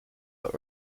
are